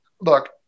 Look